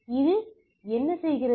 எனவேதான் இது இப்படி இருக்கிறது